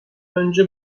önce